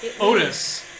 Otis